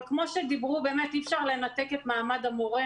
אבל כמו שאמרו, אי אפשר לנתק את מעמד המורה,